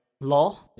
law